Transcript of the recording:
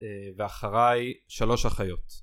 ואחריי שלוש אחיות